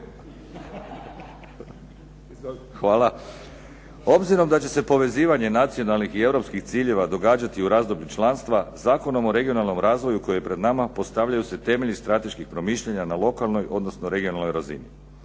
Hvala. Obzirom da će se povezivanje nacionalnih i europskih ciljeva događati u razdoblju članstva Zakonom o regionalnom razvoju koji je pred nama postavljaju se temelji strateških promišljanja na lokalnoj odnosno regionalnoj razini.